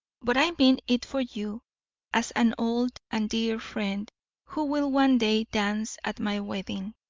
but i mean it for you as an old and dear friend who will one day dance at my wedding.